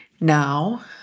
now